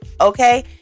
okay